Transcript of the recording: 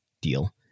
deal